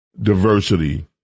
diversity